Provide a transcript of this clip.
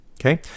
Okay